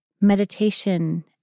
Meditation